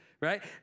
right